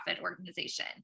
organization